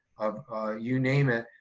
you name it,